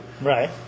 Right